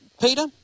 Peter